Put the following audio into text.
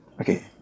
Okay